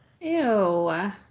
Ew